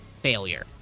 failure